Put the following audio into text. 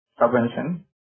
subvention